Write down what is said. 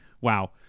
wow